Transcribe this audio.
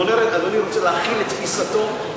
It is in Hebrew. אדוני רוצה להחיל את תפיסתו.